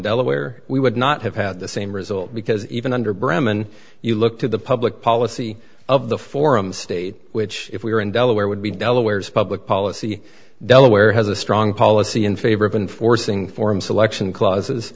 delaware we would not have had the same result because even under bremen you look to the public policy of the forum state which if we were in delaware would be delaware's public policy delaware has a strong policy in favor of and forcing form selection clauses